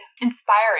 inspiring